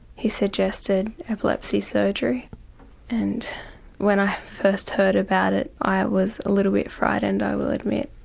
he suggested epilepsy surgery and when i first heard about it i was a little bit frightened, i will admit.